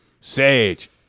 Sage